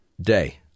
day